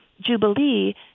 Jubilee